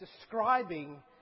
describing